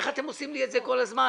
איך אתם עושים לי את זה כל הזמן?